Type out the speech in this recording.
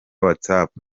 watsapp